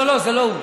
לא, לא, זה לא הוא.